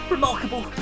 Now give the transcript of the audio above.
Remarkable